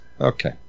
Okay